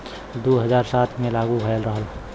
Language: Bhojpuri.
दू हज़ार सात मे लागू भएल रहल